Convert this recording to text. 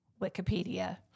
Wikipedia